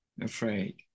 afraid